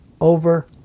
over